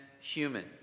human